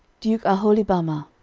duke aholibamah,